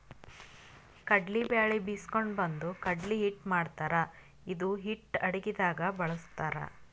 ಕಡ್ಲಿ ಬ್ಯಾಳಿ ಬೀಸ್ಕೊಂಡು ಬಂದು ಕಡ್ಲಿ ಹಿಟ್ಟ್ ಮಾಡ್ತಾರ್ ಇದು ಹಿಟ್ಟ್ ಅಡಗಿದಾಗ್ ಬಳಸ್ತಾರ್